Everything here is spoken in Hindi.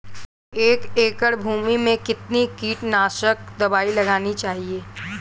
एक एकड़ भूमि में कितनी कीटनाशक दबाई लगानी चाहिए?